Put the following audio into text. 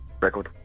record